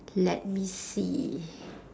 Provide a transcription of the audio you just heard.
let me see